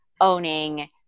owning